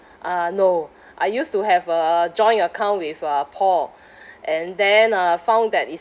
uh no I used to have a joint account with uh paul and then uh found that it's